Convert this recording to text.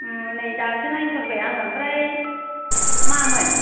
ओं नै दासो नायसनबाय आङो ओंफ्राय मामोन